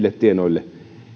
tienoille